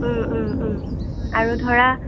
আৰু ধৰা